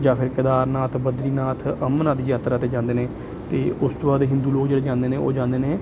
ਜਾਂ ਫਿਰ ਕੈਦਾਰਨਾਥ ਬਦਰੀਨਾਥ ਅਮਰਨਾਥ ਦੀ ਯਾਤਰਾ 'ਤੇ ਜਾਂਦੇ ਨੇ ਅਤੇ ਉਸ ਤੋਂ ਬਾਅਦ ਹਿੰਦੂ ਲੋਕ ਜਿਹੜੇ ਜਾਂਦੇ ਨੇ ਉਹ ਜਾਂਦੇ ਨੇ